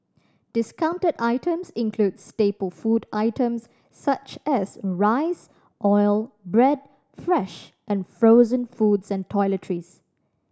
discounted items included staple food items such as rice oil bread fresh and frozen foods and toiletries